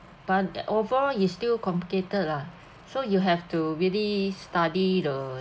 but it overall is still complicated lah so you have to really study the